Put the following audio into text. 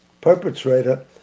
perpetrator